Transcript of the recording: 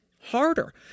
harder